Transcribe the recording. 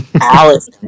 Alice